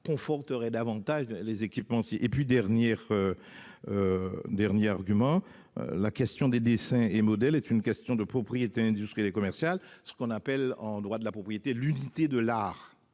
conforterait davantage les équipementiers. Dernier argument : les dessins et modèles sont une question de propriété industrielle et commerciale, ce qu'on appelle en droit de la propriété « l'unité de l'art